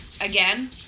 again